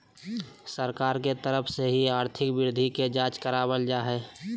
सरकार के तरफ से ही आर्थिक वृद्धि के जांच करावल जा हय